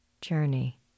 journey